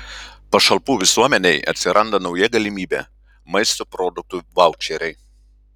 pašalpų visuomenei atsiranda nauja galimybė maisto produktų vaučeriai